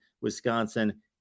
Wisconsin